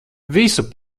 visu